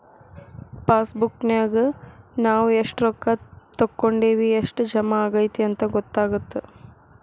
ಪಾಸಬುಕ್ನ್ಯಾಗ ನಾವ ಎಷ್ಟ ರೊಕ್ಕಾ ತೊಕ್ಕೊಂಡಿವಿ ಎಷ್ಟ್ ಜಮಾ ಆಗೈತಿ ಅಂತ ಗೊತ್ತಾಗತ್ತ